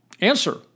Answer